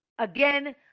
Again